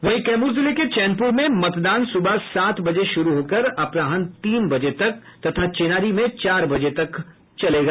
वहीं कैमूर जिले के चैनपुर में मतदान सुबह सात बजे शुरू होकर अपराह्न तीन बजे तक तथा चेनारी में चार बजे तक चलेगा